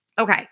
Okay